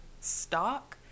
stock